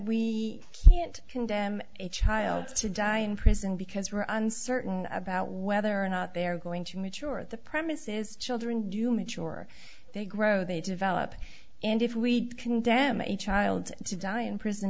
we can't condemn a child to die in prison because we're uncertain about whether or not they're going to mature the premise is children do mature they grow they develop and if we condemn a child to die in prison